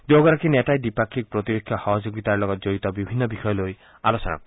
দুয়োগৰাকী নেতাই দ্বিপাক্ষিক প্ৰতিৰক্ষা সহযোগিতাৰ লগত জড়িত বিভিন্ন বিষয় লৈ আলোচনা কৰিব